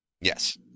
Yes